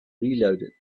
reloaded